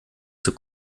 zur